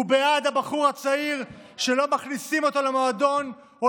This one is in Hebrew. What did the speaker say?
הוא בעד הבחור הצעיר שלא מכניסים אותו למועדון או